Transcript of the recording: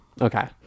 okay